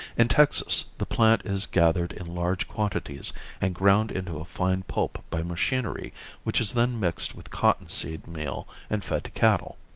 in texas the plant is gathered in large quantities and ground into a fine pulp by machinery which is then mixed with cotton-seed meal and fed to cattle.